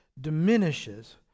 diminishes